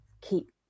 keep